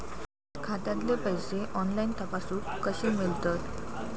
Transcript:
खात्यातले पैसे ऑनलाइन तपासुक कशे मेलतत?